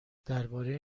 درباره